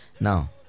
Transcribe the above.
now